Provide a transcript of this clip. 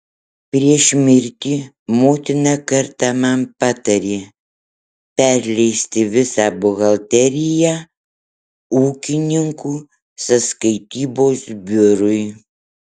prieš mirtį motina kartą man patarė perleisti visą buhalteriją ūkininkų sąskaitybos biurui